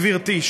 גברתי,